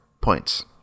points